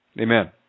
Amen